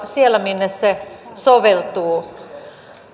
siellä minne se soveltuu